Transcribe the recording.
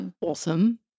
Awesome